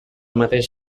mateix